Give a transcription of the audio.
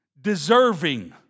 deserving